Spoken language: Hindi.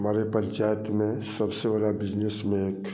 हमारे पंचायत में सबसे बड़ा बिजनेसमैन